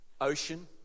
ocean